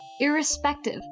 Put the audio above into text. irrespective